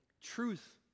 Truth